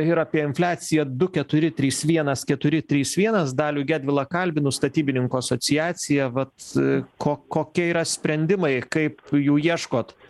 ir apie infliaciją du keturi trys vienas keturi trys vienas dalių gedvilą kalbinu statybininkų asociacija vat ko kokie yra sprendimai kaip jų ieškot